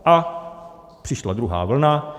A přišla druhá vlna.